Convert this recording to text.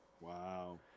Wow